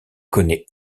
connait